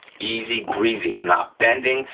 easy breezy, i'm not bending,